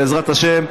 בעזרת השם,